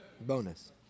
Bonus